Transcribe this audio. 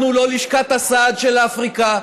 אנחנו לא לשכת הסעד של אפריקה,